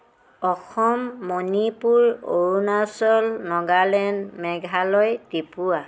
Assam Manipur Arunachal Nagaland Meghalaya Tripura